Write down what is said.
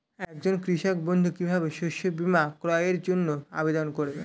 একজন কৃষক বন্ধু কিভাবে শস্য বীমার ক্রয়ের জন্যজন্য আবেদন করবে?